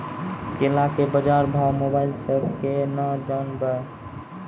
केला के बाजार भाव मोबाइल से के ना जान ब?